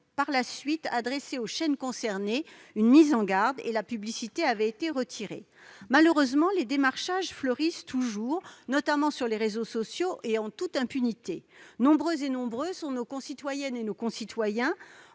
par la suite adressé aux chaînes concernées une mise en garde. La publicité avait alors été retirée. Malheureusement, les démarchages fleurissent toujours, particulièrement sur les réseaux sociaux, en toute impunité. Nombreuses sont nos concitoyennes et nombreux sont